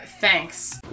Thanks